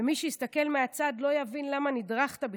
ומי שמסתכל מהצד לא יבין למה נדרכת בכלל,